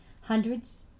hundreds